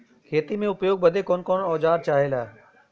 खेती में उपयोग बदे कौन कौन औजार चाहेला?